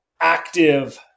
Active